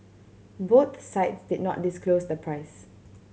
both sides did not disclose the price